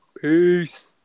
Peace